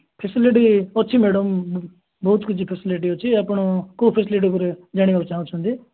facility ଅଛି madam ବହୁତ କିଛି ଫାସିଲିଟି ଅଛି ଆପଣ କେଉଁ ଫାସିଲିଟି ଉପରେ ଜାଣିବାକୁ ଚାହୁଁଛନ୍ତି